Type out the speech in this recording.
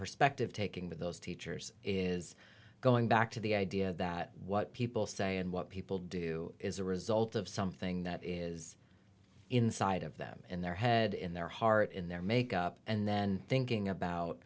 perspective taking with those teachers is going back to the idea that what people say and what people do is a result of something that is inside of them in their head in their heart in their make up and then thinking about